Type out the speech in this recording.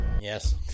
yes